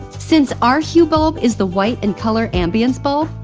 since our hue bulb is the white and color ambiance bulb,